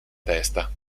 testa